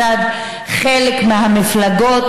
מצד חלק מהמפלגות,